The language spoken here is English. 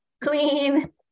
clean